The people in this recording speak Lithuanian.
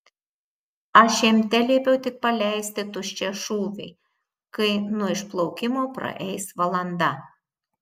aš jam teliepiau tik paleisti tuščią šūvį kai nuo išplaukimo praeis valanda